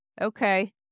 Okay